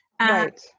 Right